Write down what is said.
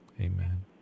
amen